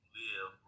live